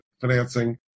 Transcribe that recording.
financing